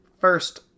first